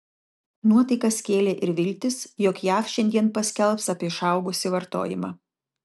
nuotaikas kėlė ir viltys jog jav šiandien paskelbs apie išaugusį vartojimą